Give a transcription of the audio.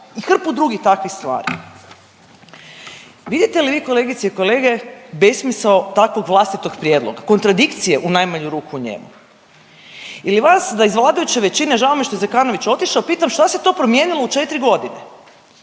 i hrpu drugih takvih stvari. Vidite li vi kolegice i kolege besmisao takvog vlastitog prijedloga, kontradikcije u najmanju ruku njemu. Je li vas da iz vladajuće većine, žao mi je što je Zekanović otišao, pitam šta se to promijenilo u četiri godine.